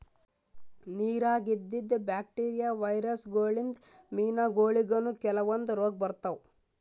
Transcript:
ನಿರಾಗ್ ಇದ್ದಿದ್ bacteria, virus ಗೋಳಿನ್ದ್ ಮೀನಾಗೋಳಿಗನೂ ಕೆಲವಂದ್ ರೋಗ್ ಬರ್ತಾವ್